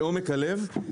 מעומק הלב.